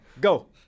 Go